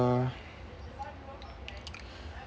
uh